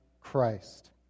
Christ